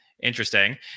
interesting